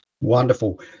Wonderful